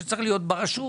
שצריך להיות ברשות